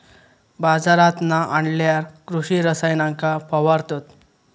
बाजारांतना आणल्यार कृषि रसायनांका फवारतत